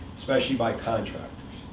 especially by contractors,